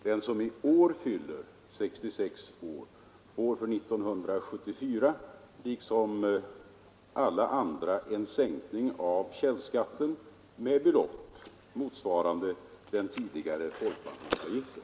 Den som i år fyller 66 år får för 1974 liksom alla andra en sänkning av källskatten med belopp motsvarande den tidigare folkpensionsavgiften.